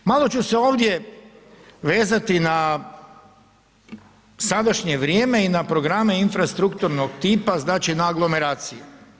Malo ću se ovdje vezati na sadašnje vrijeme i na programe infrastrukturnog tipa znači na aglomeracije.